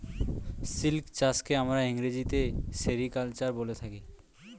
silk চাষকে আমরা ইংরেজিতে সেরিকালচার বলে থাকি